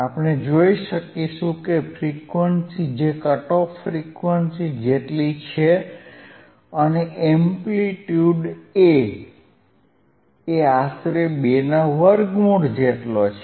આપણે જોઈ શકીશું કે ફ્રીક્વન્સી જે કટ ઓફ ફ્રીક્વન્સી જેટલી છે અને એમ્પ્લીટ્યુડ A એ આશરે 2 ના વર્ગમૂળ જેટલો છે